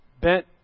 bent